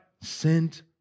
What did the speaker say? sent